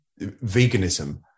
veganism